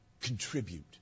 contribute